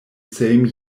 same